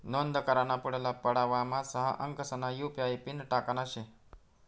नोंद कराना पुढला पडावमा सहा अंकसना यु.पी.आय पिन टाकना शे